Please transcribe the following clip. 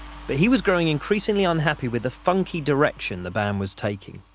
but he was growing increasingly unhappy with the funky direction the band was taking.